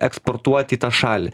eksportuot į tą šalį